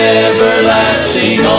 everlasting